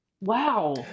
Wow